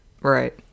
Right